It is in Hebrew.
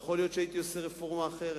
יכול להיות שהייתי עושה רפורמה אחרת.